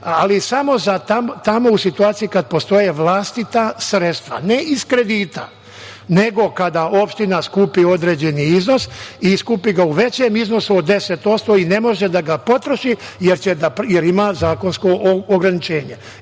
ali samo za tamo u situaciji kada postoje vlastita sredstva, ne iz kredita, nego kada opština skupi određeni iznos i skupi ga u većem iznosu od 10% i ne može da ga potroši, jer ima zakonsko ograničenje.